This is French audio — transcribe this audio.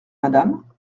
madame